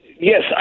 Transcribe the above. Yes